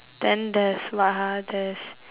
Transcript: then there's what ah there's